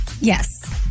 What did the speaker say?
Yes